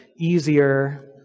easier